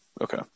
Okay